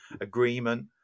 agreement